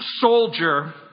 soldier